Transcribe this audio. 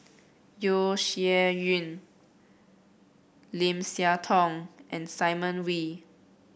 Yeo Shih Yun Lim Siah Tong and Simon Wee